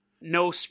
No